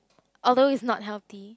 order list is not healthy